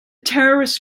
terrorist